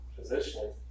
position